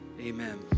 Amen